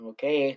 Okay